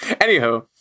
Anyhow